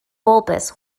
bulbous